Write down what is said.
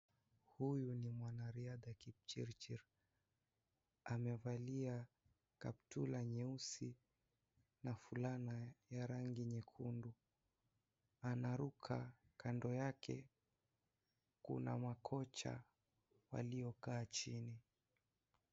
Huyu ni mwanariadha Kipchirchir, amaevalia kaptura nyeusi, na fulana ya rangi nyekundu anaruka, kando yake kuna makocha walio kaa chini.